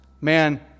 man